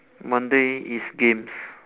monday is games